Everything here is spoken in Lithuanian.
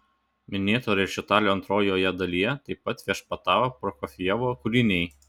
minėto rečitalio antrojoje dalyje taip pat viešpatavo prokofjevo kūriniai